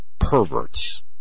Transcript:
perverts